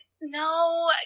no